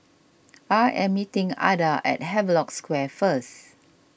I am meeting Adda at Havelock Square first